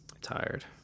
tired